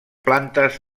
plantes